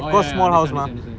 oh ya understand understand